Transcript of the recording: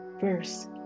verse